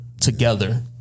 Together